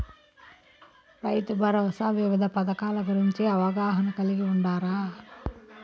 రైతుభరోసా వివిధ పథకాల గురించి అవగాహన కలిగి వుండారా?